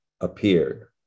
appeared